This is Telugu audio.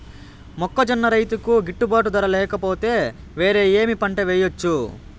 మొక్కజొన్న రైతుకు గిట్టుబాటు ధర లేక పోతే, వేరే ఏమి పంట వెయ్యొచ్చు?